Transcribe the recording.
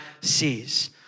sees